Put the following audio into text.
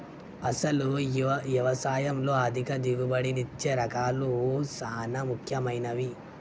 అసలు యవసాయంలో అధిక దిగుబడినిచ్చే రకాలు సాన ముఖ్యమైనవి